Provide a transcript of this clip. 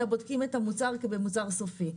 אלא בודקים את המוצר כמוצר סופי.